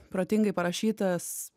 protingai parašytas